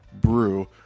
brew